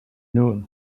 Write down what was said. nul